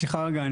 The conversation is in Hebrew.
סליחה רגע,